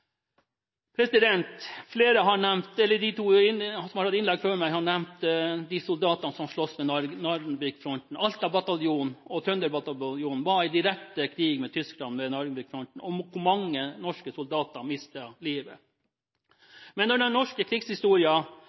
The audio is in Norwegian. De to som har hatt innlegg før meg, har nevnt de soldatene som sloss ved Narvik-fronten, Alta bataljon og Trønderbataljonen. De var i direkte krig med Tyskland ved Narvik-fronten, hvor mange norske soldater mistet livet. Men når den norske